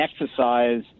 exercise